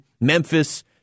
Memphis